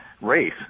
race